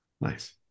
nice